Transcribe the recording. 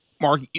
Mark